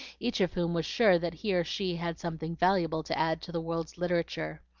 each of whom was sure that he or she had something valuable to add to the world's literature.